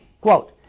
Quote